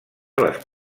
les